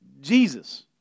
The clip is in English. Jesus